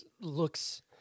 looks